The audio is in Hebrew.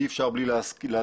אי אפשר מבלי להזכיר.